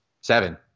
seven